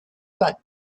but